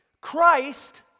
Christ